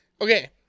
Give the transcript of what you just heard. okay